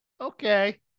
okay